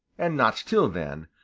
and not till then,